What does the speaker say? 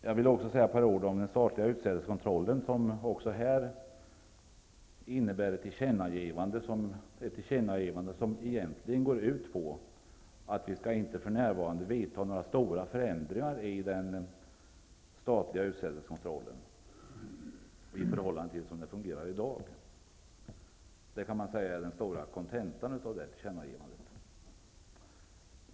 Jag vill också säga ett par ord om den statliga utsädeskontrollen. Den är också föremål för ett tillkännagivande som egentligen går ut på att vi inte för närvarande skall vidta några stora förändringar i den statliga utsädeskontrollen i förhållande till hur den fungerar i dag. Det är kontentan i detta tillkännagivande.